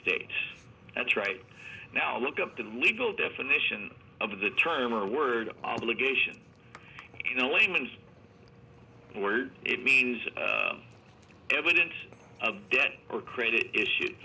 states that's right now look up the legal definition of the term or word obligation in a layman's were it means evidence of debt or credit issue